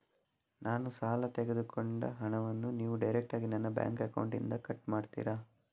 ನಾನು ಸಾಲ ತೆಗೆದುಕೊಂಡ ಹಣವನ್ನು ನೀವು ಡೈರೆಕ್ಟಾಗಿ ನನ್ನ ಬ್ಯಾಂಕ್ ಅಕೌಂಟ್ ಇಂದ ಕಟ್ ಮಾಡ್ತೀರಾ?